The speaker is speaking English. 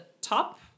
top